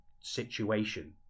situation